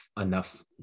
enough